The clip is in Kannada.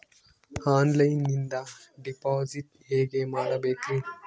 ಆನ್ಲೈನಿಂದ ಡಿಪಾಸಿಟ್ ಹೇಗೆ ಮಾಡಬೇಕ್ರಿ?